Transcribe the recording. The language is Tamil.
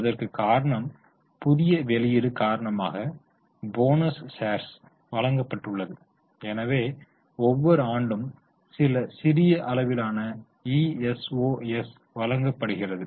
அதற்கு காரணம் புதிய வெளியீடு காரணமாக போனஸ் சார்ஸ் வழங்கப்பட்டுள்ளது எனவே ஒவ்வொரு ஆண்டும் சில சிறிய அளவிலான இஎஸ்ஒஎஸ் வழங்கப்படுகிறது